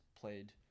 played